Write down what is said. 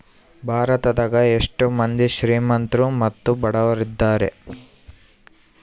ಭಾರತದಗ ಎಷ್ಟ ಮಂದಿ ಶ್ರೀಮಂತ್ರು ಮತ್ತೆ ಬಡವರಿದ್ದಾರೆ?